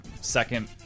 second